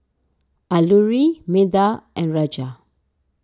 Alluri Medha and Raja